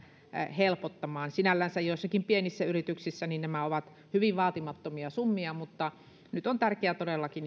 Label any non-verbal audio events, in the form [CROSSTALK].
helpottamaan sinällänsä joissakin pienissä yrityksissä nämä ovat hyvin vaatimattomia summia mutta niin kuin totesin nyt on tärkeää todellakin [UNINTELLIGIBLE]